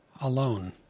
Alone